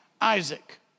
Isaac